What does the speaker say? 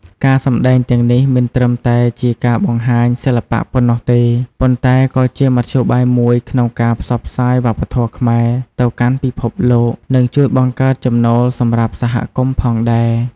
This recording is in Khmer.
ការសម្តែងទាំងនេះមិនត្រឹមតែជាការបង្ហាញសិល្បៈប៉ុណ្ណោះទេ ប៉ុន្តែក៏ជាមធ្យោបាយមួយក្នុងការផ្សព្វផ្សាយវប្បធម៌ខ្មែរទៅកាន់ពិភពលោក និងជួយបង្កើតចំណូលសម្រាប់សហគមន៍ផងដែរ។